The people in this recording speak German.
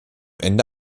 ende